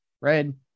Red